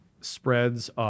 spreads